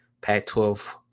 Pac-12